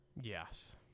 yes